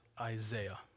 Isaiah